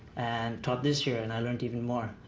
and taught this year and i learned even more.